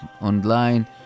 online